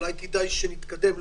אולי כדאי שנתקדם.